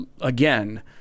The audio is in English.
again